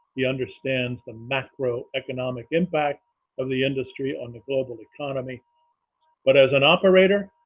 he understands the macro economic impact of the industry on the global economy but as an operator,